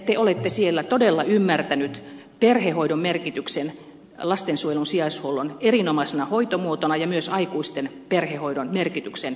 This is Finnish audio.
te olette siellä todella ymmärtäneet perhehoidon merkityksen lastensuojelun sijaishuollon erinomaisena hoitomuotona ja myös aikuisten perhehoidon merkityksen